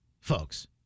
folks